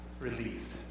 relieved